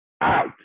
out